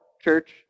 church